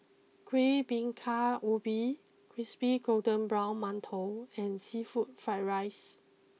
Kuih Bingka Ubi Crispy Golden Brown Mantou and Seafood Fried rices